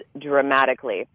dramatically